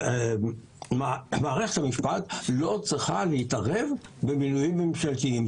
מערכת המשפט לא צריכה להתערב במינויים ממשלתיים.